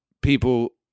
people